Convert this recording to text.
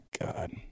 god